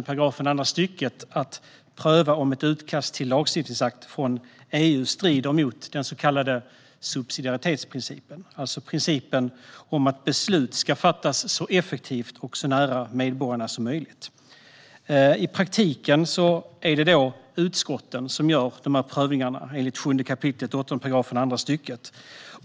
§ andra stycket har riksdagen att pröva om ett utkast till en lagstiftningsakt från EU strider mot den så kallade subsidiaritetsprincipen, alltså principen om att beslut ska fattas så effektivt och så nära medborgarna som möjligt. I praktiken är det utskotten som gör prövningarna enligt 7 kap. 8 § andra stycket.